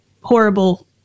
horrible